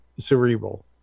cerebral